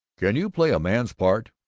can you play a man's part?